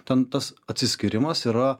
ten tas atsiskyrimas yra